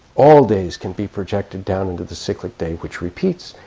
all days can be projected down into the cyclic day which repeats,